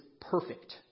perfect